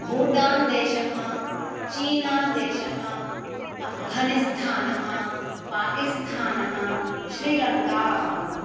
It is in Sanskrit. भूटान् देशः चीना देशः अफ्घनिस्थानः पाकिस्थानः श्रीलङ्का